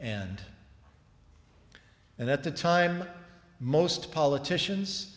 and and at the time most politicians